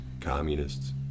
Communists